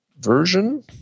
version